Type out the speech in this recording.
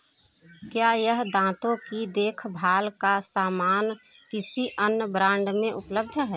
क्या यह दाँतो की देख भाल का सामान किसी अन्य ब्रांड में उपलब्ध है